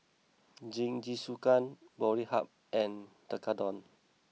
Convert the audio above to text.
Jingisukan Boribap and Tekkadon